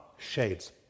shades